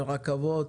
ברכבות,